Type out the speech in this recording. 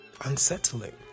Unsettling